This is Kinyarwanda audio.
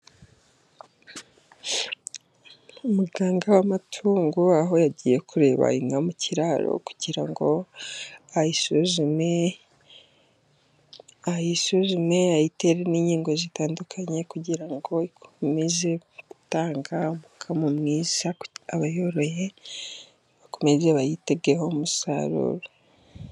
Umuganga w'amatungo aho yagiye kureba inka mu kiraro, kugira ngo ayisuzume ayisuzume ayitere n'inkingo zitandukanye, kugira ngo ikomeze gutanga umukamo mwiza, abayoroye bakomeze bayitegeho umusaruro.